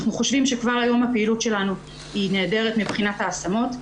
אנחנו חושבים שכבר היום הפעילות שלנו נהדרת מבחינת ההשמות.